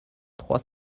trois